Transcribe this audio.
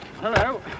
hello